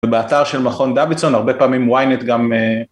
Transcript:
ובאתר של מכון דוידסון הרבה פעמים ויינט גם